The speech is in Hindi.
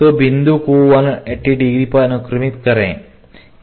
तो बिंदु को 180 पर अनुक्रमित करें